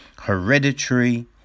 Hereditary